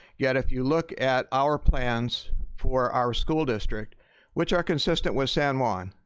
yet, if you look at our plans for our school district which are consistent with san juan,